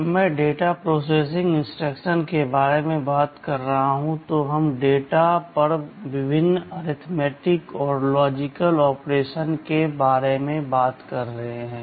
जब मैं data processing instruction के बारे में बात कर रहा हूं तो हम डेटा पर विभिन्न अरिथमेटिक और लॉजिक ऑपरेशन्स करने के बारे में बात कर रहे हैं